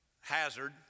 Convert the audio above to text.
hazard